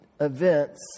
events